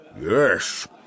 Yes